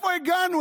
לאיפה הגענו?